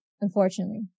unfortunately